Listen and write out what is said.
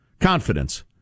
confidence